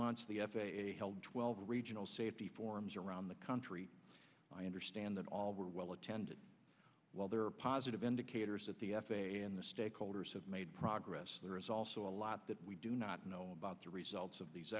months the f a a held twelve regional safety forums around the country i understand that all were well attended while there are positive indicators that the f a a and the stakeholders have made progress there is also a lot that we do not know about the results of these